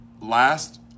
last